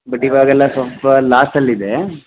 but ಇವಾಗೆಲ್ಲ ಸ್ವಲ್ಪ ಲಾಸಲ್ಲಿದೆ